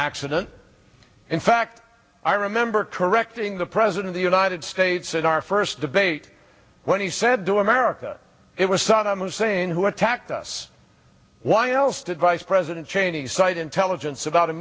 accident in fact i remember correcting the president the united states and our first debate when he said to america it was saddam hussein who attacked us why else did vice president cheney cite intelligence about a